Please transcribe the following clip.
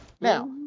Now